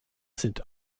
sind